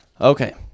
Okay